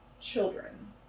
children